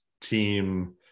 team